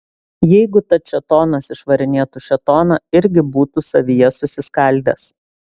jeigu tad šėtonas išvarinėtų šėtoną irgi būtų savyje susiskaldęs